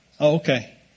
Okay